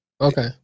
Okay